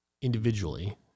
individually